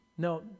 No